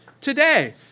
today